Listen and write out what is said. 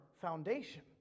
foundation